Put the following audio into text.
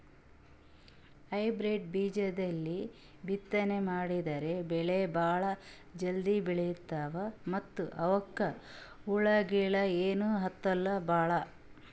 hybrid ಬೀಜಾಲಿಂದ ಬಿತ್ತನೆ ಮಾಡದ್ರ್ ಬೆಳಿ ಭಾಳ್ ಜಲ್ದಿ ಬೆಳೀತಾವ ಮತ್ತ್ ಅವಕ್ಕ್ ಹುಳಗಿಳ ಏನೂ ಹತ್ತಲ್ ಭಾಳ್